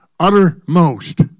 Uttermost